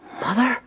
Mother